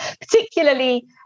particularly